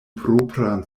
propran